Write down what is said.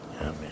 Amen